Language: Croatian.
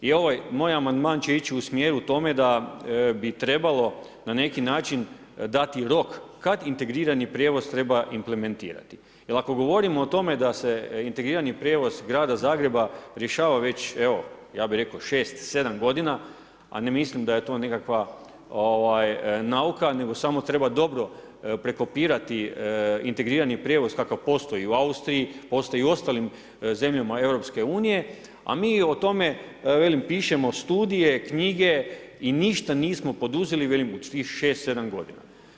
I ovaj moj amandman će ići u smjeru tome da bi trebalo na neki način dati rok kada integrirani prijevoz treba implementirati jer ako govorimo o tome da se integrirani prijevoz grada Zagreba rješava već evo ja bih rekao 6, 7 godina, a ne mislim da je to nekakva nauka nego samo treba dobro prekopirati integrirani prijevoz kakav postoji u Austriji, postoji i u ostalim zemljama EU, a mi o tome pišemo studije, knjige i ništa nismo poduzeli u tih 6, 7 godina.